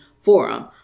forum